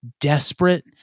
desperate